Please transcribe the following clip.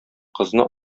кызны